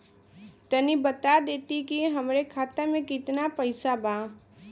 तनि बता देती की हमरे खाता में कितना पैसा बा?